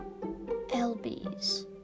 lbs